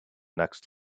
next